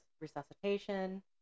resuscitation